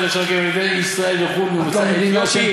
נרשם בקרב ילידי ישראל וחו"ל ממוצא אתיופי וערבים.